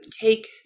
take